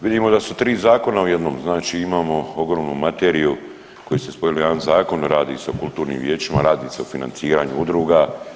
Vidimo da su 3 zakona u jednom, znači imamo ogromnu materiju koju ste spojili u jedan zakon, radi se o kulturnim vijećima, radi se o financiranju udruga.